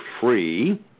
free